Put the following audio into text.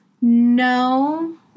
No